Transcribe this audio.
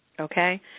okay